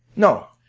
no,